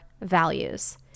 values